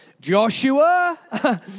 Joshua